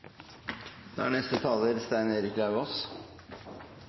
Da er igjen neste